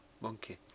monkey